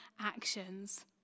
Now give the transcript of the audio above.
actions